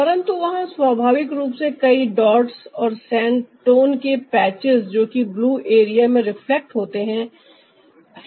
परंतु वहां स्वाभाविक रूप से कई डॉट्स और सैंड टोन के पैचस जो कि ब्लू एरिया में रिफ्लेक्ट होते हैं हैं